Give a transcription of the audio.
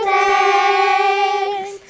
thanks